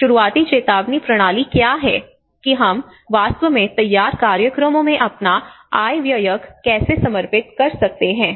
शुरुआती चेतावनी प्रणाली क्या है कि हम वास्तव में तैयार कार्यक्रमों में अपना आय व्ययक कैसे समर्पित कर सकते हैं